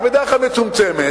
היא בדרך כלל מצומצמת,